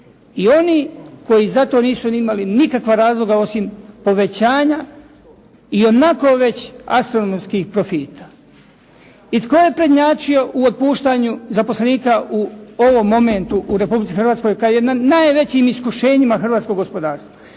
i oni koji za to nisu imali nikakva razloga osim povećanja ionako već astronomskih profita. I tko je prednjačio u otpuštanju zaposlenika u ovom momentu u Republici Hrvatskoj kad je na najvećim iskušenjima hrvatsko gospodarstvo?